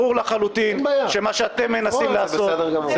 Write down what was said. ברור לחלוטין שמה שאתם מנסים לעשות זה